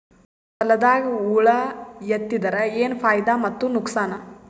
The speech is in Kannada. ಹೊಲದಾಗ ಹುಳ ಎತ್ತಿದರ ಏನ್ ಫಾಯಿದಾ ಮತ್ತು ನುಕಸಾನ?